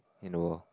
you know